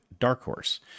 Darkhorse